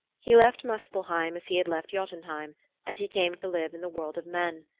he left muspelheim as he had left jotunheim and he came to live in the world of men.